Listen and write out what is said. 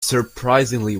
surprisingly